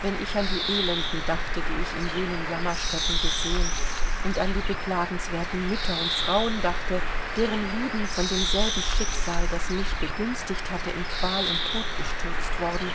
wenn ich an die elenden dachte die ich an jenen jammerstätten gesehen und an die beklagenswerten mütter und frauen dachte deren lieben von demselben schicksal das mich begünstigt hatte in qual und tod gestürzt worden